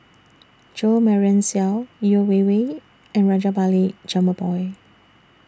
Jo Marion Seow Yeo Wei Wei and Rajabali Jumabhoy